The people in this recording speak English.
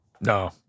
No